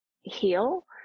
heal